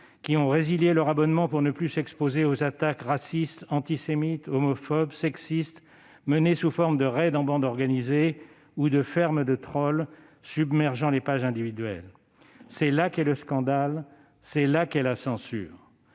qui ont résilié leur abonnement pour ne plus s'exposer aux attaques racistes, antisémites, homophobes et sexistes, menées sous forme de raids en bandes organisées, ou de « fermes de trolls » submergeant les pages individuelles. C'est là qu'est le scandale, c'est là qu'est la censure